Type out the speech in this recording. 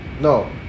No